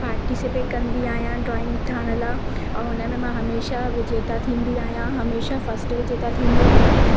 participate कंदी आहियां drawing ठाहिण लाइ ऐं हुन में मां हमेशह विजेता थींदी आहियां हमेशह फस्ट विजेता थींदी आहियां